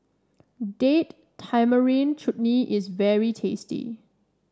Date Tamarind Chutney is very tasty